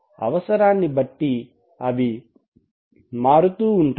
అవసరాన్ని బట్టి అవి మారుతూ ఉంటాయి